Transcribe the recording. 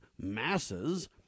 masses